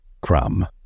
Crumb